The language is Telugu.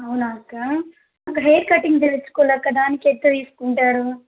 అవునా అక్క అ హెయిర్ కటింగ్ చేయించుకోవాలి ఒకదానికి ఎట్ల తీసుకుంటారు